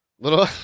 Little